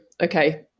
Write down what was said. Okay